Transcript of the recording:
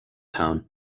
town